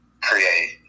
create